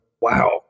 wow